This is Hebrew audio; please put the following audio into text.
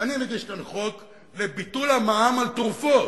אני מגיש כאן חוק לביטול המע"מ על תרופות.